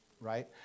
right